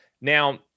Now